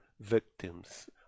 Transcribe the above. victims